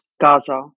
Gaza